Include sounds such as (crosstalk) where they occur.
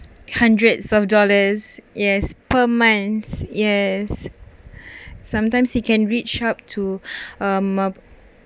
hundreds of dollars yes per month yes (breath) sometimes it can reach up (breath) to a mab~